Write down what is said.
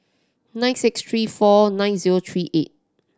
nine six three four nine zero three eight